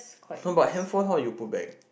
no but handphone how you put back